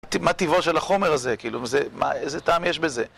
מה טיבו של החומר הזה? איזה טעם יש בזה?